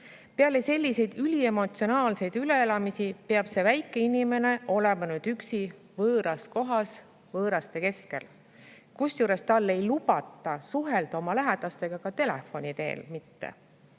Pärast selliseid üliemotsionaalseid üleelamisi peab see väike inimene olema nüüd üksi võõras kohas, võõraste keskel, kusjuures tal ei lubata suhelda oma lähedastega, ka telefoni teel mitte.